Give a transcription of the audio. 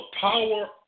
power